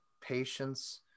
patience